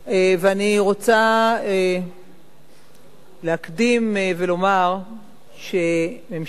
ואני רוצה להקדים ולומר שממשלת ישראל,